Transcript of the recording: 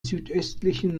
südöstlichen